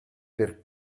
per